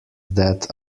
death